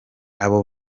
abo